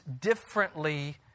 differently